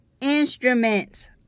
instruments